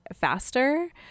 faster